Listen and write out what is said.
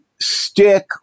stick